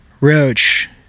roach